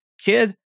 kid